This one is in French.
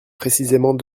précisément